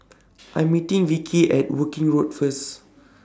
I'm meeting Vickey At Woking Road First